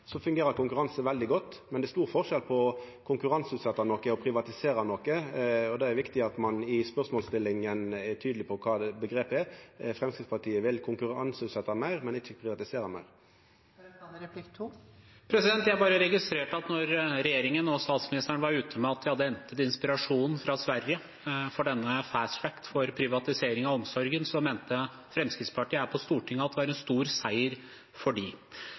veldig godt. Men det er stor forskjell på å konkurranseutsetja noko og privatisera noko, og det er viktig at ein i stillinga av spørsmål er tydeleg på kva omgrepet er. Framstegspartiet vil konkurranseutsetja meir, men ikkje privatisera meir. Jeg bare registrerte at da regjeringen og statsministeren var ute med at de hadde hentet inspirasjon fra Sverige for «fast track» for privatisering av omsorgen, mente Fremskrittspartiet her på Stortinget at det var en stor seier for